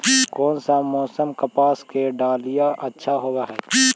कोन सा मोसम कपास के डालीय अच्छा होबहय?